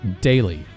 daily